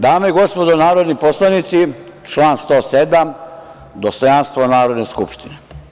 Dame i gospodo narodni poslanici, član 107. dostojanstvo Narodne skupštine.